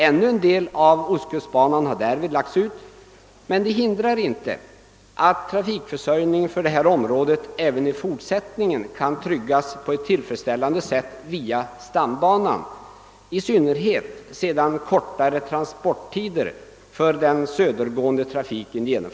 Ännu en del av ostkustbanan har därmed lagts ut, men detta hindrar inte att trafikförsörjningen på detta område även i fortsättningen kan tryggas på ett tillfredsställande sätt genom <stambanan, i synnerhet sedan vi fått kortare transporttider för den södergående trafiken.